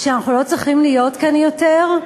שאנחנו לא צריכים להיות כאן יותר,